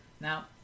Now